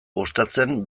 gustatzen